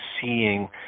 seeing